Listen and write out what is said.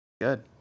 good